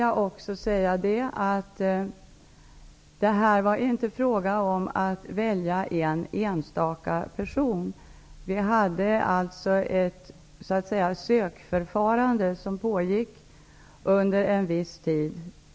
Det här var inte fråga om att välja en enstaka person. Det var ett sökförfarande som pågick under en viss tid.